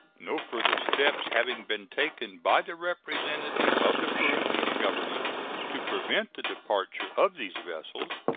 no further steps having been taken by the representative of the peruvian government to prevent the departure of these vessels,